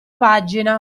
pagina